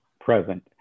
present